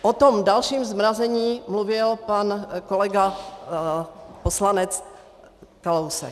O tom dalším zmrazení mluvil pan kolega poslanec Kalousek.